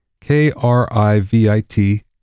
K-R-I-V-I-T